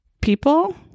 People